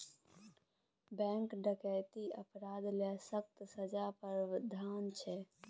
bank डकैतीक अपराध लेल सक्कत सजाक प्राबधान छै